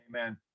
Amen